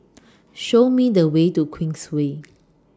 Show Me The Way to Queensway